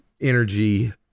energy